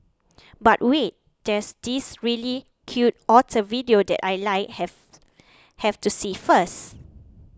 but wait there's this really cute otter video that I like have have to see first